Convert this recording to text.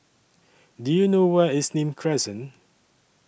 Do YOU know Where IS Nim Crescent